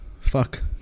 Fuck